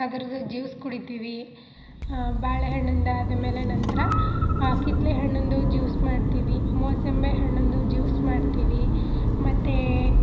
ಅದ್ರದ್ದು ಜ್ಯೂಸ್ ಕುಡಿತೀವಿ ಬಾಳೆ ಹಣ್ಣಿಂದಾದಮೇಲೆ ನಂತರ ಆ ಕಿತ್ತಳೆ ಹಣ್ಣಿಂದು ಜ್ಯೂಸ್ ಮಾಡ್ತೀವಿ ಮೋಸಂಬಿ ಹಣ್ಣಿಂದು ಜ್ಯೂಸ್ ಮಾಡ್ತೀವಿ ಮತ್ತೆ